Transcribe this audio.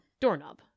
doorknob